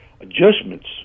adjustments